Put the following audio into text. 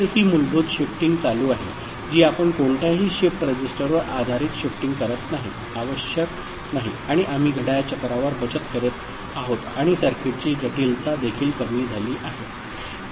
तर ही मूलभूत शिफ्टिंग चालू आहे जी आपण कोणत्याही शिफ्ट रजिस्टरवर आधारित शिफ्टिंग करत नाही आवश्यक नाही आणि आम्ही घड्याळ चक्रावर बचत करत आहोत आणि सर्किटची जटिलता देखील कमी झाली आहे